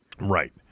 Right